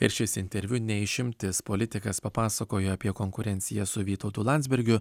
ir šis interviu ne išimtis politikas papasakojo apie konkurenciją su vytautu landsbergiu